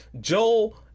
Joel